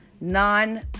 non